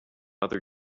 other